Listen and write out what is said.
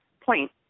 point